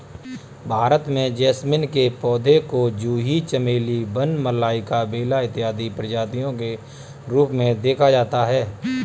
भारत में जैस्मीन के पौधे को जूही चमेली वन मल्लिका बेला इत्यादि प्रजातियों के रूप में देखा जाता है